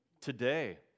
Today